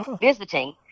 visiting